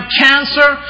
cancer